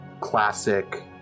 classic